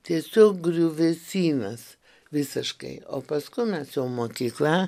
tiesiog griuvėsynas visiškai o paskui mes jau mokykla